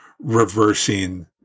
reversing